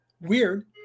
Weird